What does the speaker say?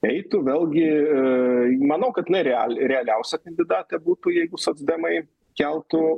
eitų vėlgi manau kad jinai reali realiausia kandidatė būtų jeigu socdemai keltų